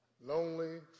Lonely